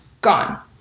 Gone